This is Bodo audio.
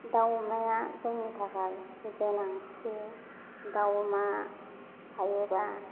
दाव अमाया जोंनि थाखाय गोनांथि दाव अमा थायोबा